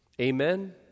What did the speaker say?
Amen